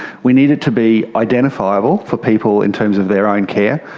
we needed to be identifiable for people in terms of their own care.